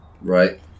Right